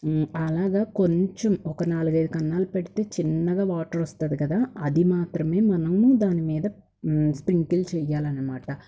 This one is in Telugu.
అలాగ కొంచెం ఒక నాలుగు ఐదు కన్నాలు పెడితే చిన్నగా వాటరొస్తుంది కదా అది మాత్రమే మనము దానిమీద స్ప్రింకిల్ చేయాలన్నమాట